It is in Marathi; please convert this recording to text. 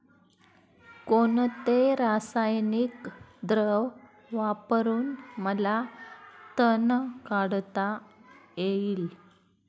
कोणते रासायनिक द्रव वापरून मला तण काढता येईल?